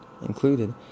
included